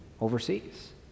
overseas